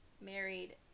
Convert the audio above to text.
married